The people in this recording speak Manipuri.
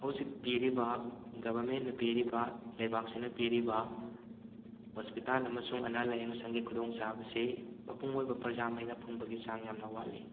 ꯍꯧꯖꯤꯛ ꯄꯤꯔꯤꯕ ꯒꯕꯔꯃꯦꯟꯅ ꯄꯤꯔꯤꯕ ꯂꯩꯕꯥꯛꯁꯤꯅ ꯄꯤꯔꯤꯕ ꯍꯣꯁꯄꯤꯇꯥꯜ ꯑꯃꯁꯨꯡ ꯑꯅꯥ ꯂꯥꯏꯌꯦꯡꯁꯪꯒꯤ ꯈꯨꯗꯣꯡ ꯆꯥꯕꯁꯤ ꯃꯄꯨꯡ ꯑꯣꯏꯕ ꯄ꯭ꯔꯖꯥꯃꯩꯅ ꯐꯪꯕꯒꯤ ꯆꯥꯡ ꯌꯥꯝꯅ ꯋꯥꯠꯂꯤ